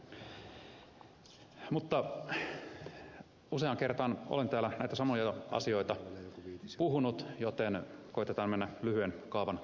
mutta useaan kertaan olen täällä näitä samoja asioita puhunut joten koetetaan mennä lyhyen kaavan kautta